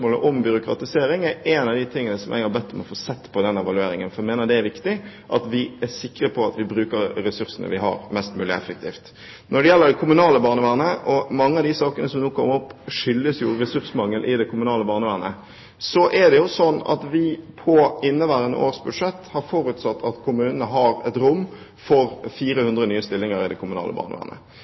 er spørsmålet om byråkratisering blant det jeg har bedt om å få evaluert, for jeg mener det er viktig at vi er sikre på at vi bruker ressursene vi har, mest mulig effektivt. Når det gjelder det kommunale barnevernet – mange av de sakene som nå kommer opp, skyldes jo ressursmangel i det kommunale barnevernet – er det slik at vi i inneværende års budsjett har forutsatt at kommunene har rom for 400 nye stillinger. Det er ennå for tidlig å si hvordan kommunene ligger an i forhold til det